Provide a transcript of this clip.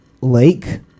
Lake